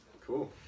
Cool